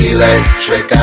Electric